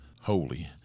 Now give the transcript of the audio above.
holy